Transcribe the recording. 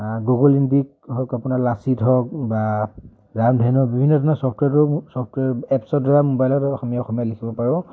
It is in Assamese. গুগল ইণ্ডিক হওক আপোনাৰ লাচিত হওক বা ৰামধেনু বিভিন্ন ধৰণৰ ছফ্টৱেৰো ছফ্টৱেৰ এপছৰ দ্বাৰা মোবাইলত অসমীয়া লিখিব পাৰোঁ